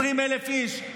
20,000 איש,